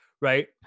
right